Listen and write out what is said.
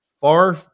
far